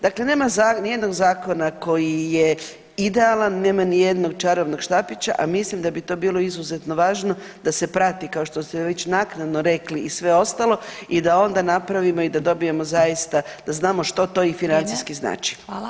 Dakle, nema ni jednog zakona koji je idealan, nema ni jednog čarobnog štapića, a mislim da bi to bilo izuzetno važno da se prati kao što ste već naknadno rekli i sve ostalo i da onda napravimo i da dobijemo zaista da znamo što to i financijski znači.